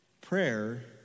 Prayer